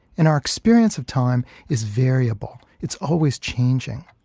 and our experience of time is variable, it's always changing.